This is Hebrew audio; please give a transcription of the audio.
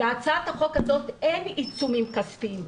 להצעת החוק הזאת אין עיצומים כספיים,